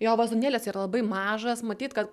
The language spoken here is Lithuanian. jo vazonėlis yra labai mažas matyt kad